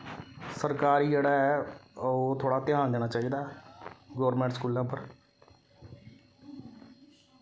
सरकार गी जेह्ड़ा ऐ ओह् थोह्ड़ा ध्यान देना चाहिदा गौरमेंट स्कूलें उप्पर